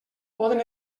poden